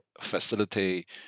facilitate